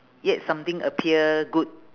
yet something appear good